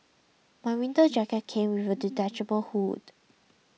my winter jacket came with a detachable hood